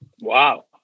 Wow